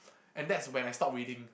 and that's when I stop reading